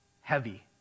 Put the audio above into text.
heavy